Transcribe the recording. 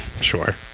Sure